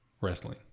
wrestling